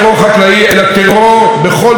מבפנים ובכל מקום.